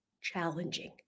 challenging